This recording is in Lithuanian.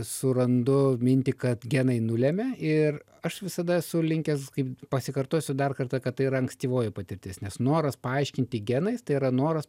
surandu mintį kad genai nulemia ir aš visada esu linkęs kaip pasikartosiu dar kartą kad tai yra ankstyvoji patirtis nes noras paaiškinti genais tai yra noras